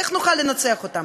איך נוכל לנצח אותם?